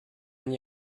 n’y